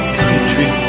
country